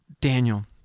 Daniel